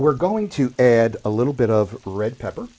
we're going to add a little bit of red pepper